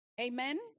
Amen